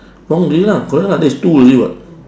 wrong already lah correct lah that's two already [what]